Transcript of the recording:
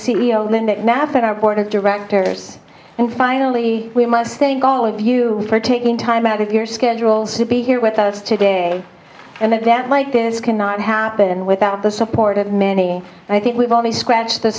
that math at our board of directors and finally we must think all of you for taking time out of your schedules to be here with us today and that that like this cannot happen without the support of many and i think we've only scratched the